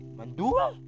Mandua